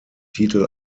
titel